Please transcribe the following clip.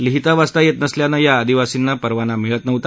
लिहिता वाचता येत नसल्यानं या आदिवासींना परवाना मिळत नव्हता